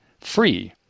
free